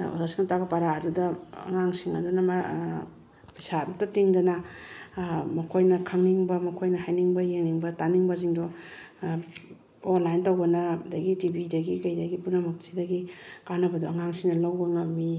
ꯑꯣꯖꯥꯁꯤꯡꯅ ꯇꯥꯛꯄ ꯄꯔꯥ ꯑꯗꯨꯗ ꯑꯉꯥꯡꯁꯤꯡ ꯑꯗꯨꯅ ꯄꯩꯁꯥ ꯑꯃꯇ ꯇꯤꯡꯗꯅ ꯃꯈꯣꯏꯅ ꯈꯪꯅꯤꯡꯕ ꯃꯈꯣꯏꯅ ꯍꯥꯏꯅꯤꯡꯕ ꯌꯦꯡꯅꯤꯡꯕ ꯇꯥꯅꯤꯡꯕꯁꯤꯡꯗꯣ ꯑꯣꯟꯂꯥꯏꯟ ꯇꯧꯕꯅ ꯑꯗꯒꯤ ꯇꯤ ꯚꯤꯗꯒꯤ ꯀꯩꯗꯒꯤ ꯄꯨꯝꯅꯃꯛꯁꯤꯗꯒꯤ ꯀꯥꯟꯅꯕꯗꯣ ꯑꯉꯥꯡꯁꯤꯡꯅ ꯂꯧꯕ ꯉꯝꯃꯤ